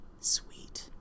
Sweet